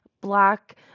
black